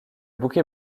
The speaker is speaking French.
bouquet